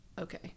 okay